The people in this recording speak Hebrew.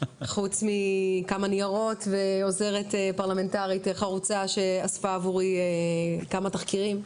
חוץ מכמה ניירות ועוזרת פרלמנטרית חרוצה שאספה עבורי כמה תחקירים.